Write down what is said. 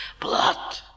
blood